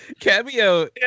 Cameo